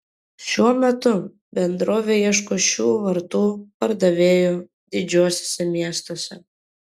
šiuo metu bendrovė ieško šių vartų pardavėjų didžiuosiuose miestuose